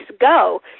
go